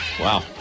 Wow